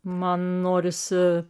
man norisi